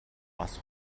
бас